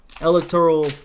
electoral